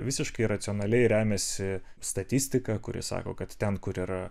visiškai racionaliai remiasi statistika kuri sako kad ten kur yra